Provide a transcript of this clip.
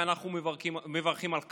ואנחנו מברכים על כך.